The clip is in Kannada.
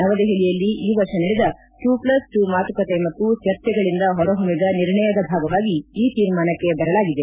ನವದೆಹಲಿಯಲ್ಲಿ ಈ ವರ್ಷ ನಡೆದ ಟು ಪ್ಲಸ್ ಟು ಮಾತುಕತೆ ಮತ್ತು ಚರ್ಚೆಗಳಿಂದ ಹೊರ ಹೊಮ್ನಿದ ನಿರ್ಣಯದ ಭಾಗವಾಗಿ ಈ ತೀರ್ಮಾನಕ್ಕೆ ಬರಲಾಗಿದೆ